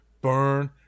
Burn